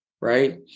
Right